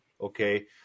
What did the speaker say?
okay